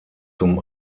zum